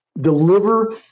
deliver